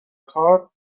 کار